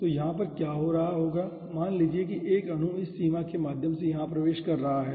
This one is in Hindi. तो यहाँ पर क्या हो रहा होगा मान लीजिए कि 1 अणु इस सीमा के माध्यम से यहाँ प्रवेश कर रहा है